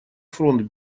фронт